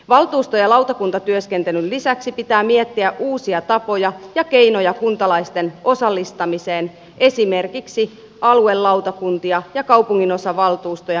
valtuusto ja lautakuntatyöskentelyn lisäksi pitää miettiä uusia tapoja ja keinoja kuntalaisten osallistamiseen esimerkiksi aluelautakuntia ja kaupunginosavaltuustoja muodostamalla